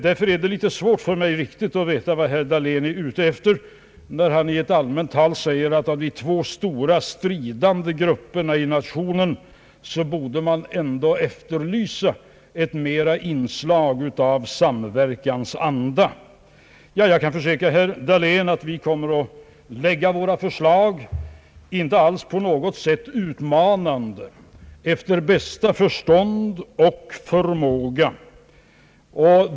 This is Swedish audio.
Därför är det litet svårt för mig att veta vad herr Dahlén är ute efter, när han i ett allmänt tal säger att man ändå borde kunna efterlysa ett »större inslag av samverkansanda» från de två stora stridande grupperna i nationen. Jag kan försäkra herr Dahlén att vi kommer att lägga våra förslag efter bästa förstånd och förmåga och inte alls på något utmanande sätt.